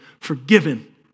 forgiven